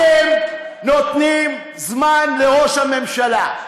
אתם נותנים זמן לראש הממשלה.